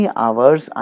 hours